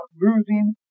losing